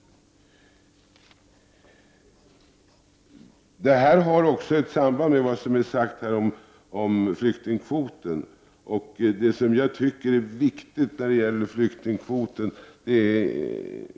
Det här har också ett samband med vad som sagts om flyktingkvoten.